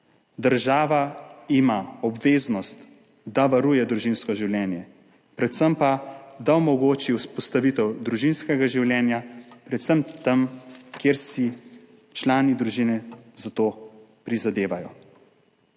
Država ima obveznost, da varuje družinsko življenje, predvsem pa, da omogoči vzpostavitev družinskega življenja, predvsem tam, kjer si člani družine za to prizadevajo.